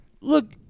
Look